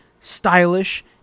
stylish